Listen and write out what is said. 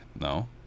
No